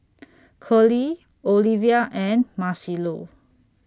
Curley Olevia and Marcelo